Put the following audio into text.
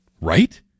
right